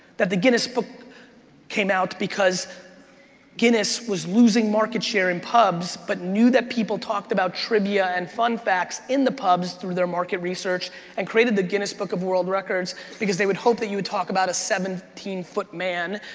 that the guinness book came out because guinness was losing market share in pubs, but knew that people talked about trivia and fun facts in the pubs through their market research and created the guinness book of world records because they would hope that you would talk about a seventeen foot man,